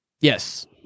Yes